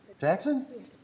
Jackson